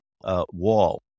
wall